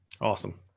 Awesome